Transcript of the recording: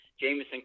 Jameson